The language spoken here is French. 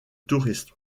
tourisme